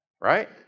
right